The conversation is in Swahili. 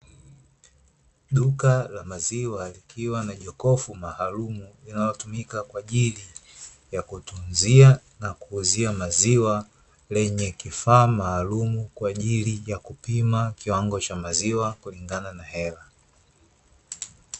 Duka la maziwa likiwa na jokofu maalumu linalotumika kwa ajili ya kutunzia na kuuzia maziwa, lenye kifaa maalumu kwa ajili ya kupima kiwango cha maziwa kulingana na hela.